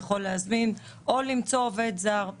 בסמכות שר הפנים ובאישור משרד המשפטים ניתן לשנות.